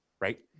Right